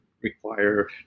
require